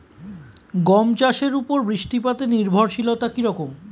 গম চাষের উপর বৃষ্টিপাতে নির্ভরশীলতা কী রকম?